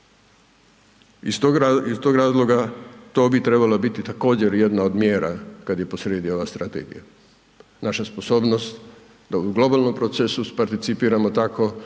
Iz tog razloga to bi trebala biti također, jedna od mjera, kad je posrijedi ova Strategija. Naša sposobnost da u globalnom procesu participiramo tako